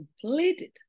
Completed